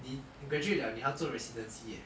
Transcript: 你你 graduate liao 还要做 residency eh